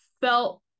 felt